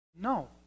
No